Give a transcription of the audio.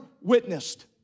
witnessed